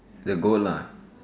the goat lah